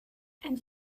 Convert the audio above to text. and